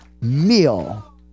meal